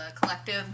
collective